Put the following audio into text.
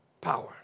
power